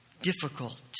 difficult